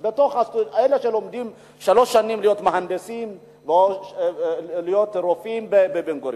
בתוך אלה שלומדים שלוש שנים להיות מהנדסים או להיות רופאים בבן-גוריון?